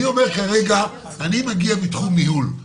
אני אומר כרגע, אני מגיע מתחום ניהול.